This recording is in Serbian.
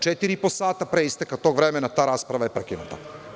Četiri i po sata pre isteka tog vremena ta rasprava je prekinuta.